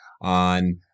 on